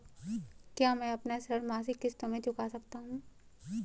क्या मैं अपना ऋण मासिक किश्तों में चुका सकता हूँ?